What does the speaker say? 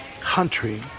country